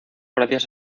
gracias